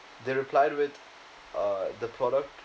they replied with uh the product